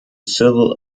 civil